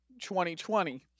2020